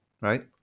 right